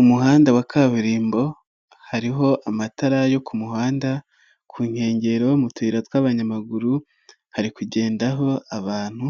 Umuhanda wa kaburimbo hariho amatara yo ku muhanda, ku nkengero mu tuyira tw'abanyamaguru hari kugendaho abantu